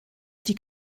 die